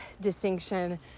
distinction